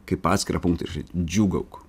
kaip atskirą punktą išrašyt džiūgauk